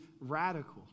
radical